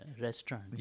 restaurant